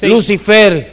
Lucifer